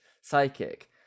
psychic